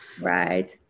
right